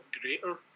greater